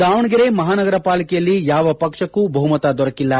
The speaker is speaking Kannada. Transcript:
ದಾವಣಗೆರೆ ಮಹಾನಗರ ಪಾಲಿಕೆಯಲ್ಲಿ ಯಾವ ಪಕ್ಷಕ್ಕೂ ಬಹುಮತ ದೊರಕಿಲ್ಲ